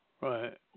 Right